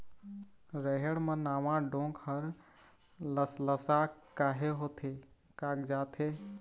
रहेड़ म नावा डोंक हर लसलसा काहे होथे कागजात हे?